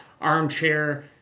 armchair